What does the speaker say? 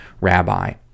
Rabbi